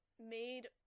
made